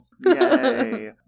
Yay